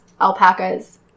alpacas